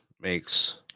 makes